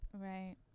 Right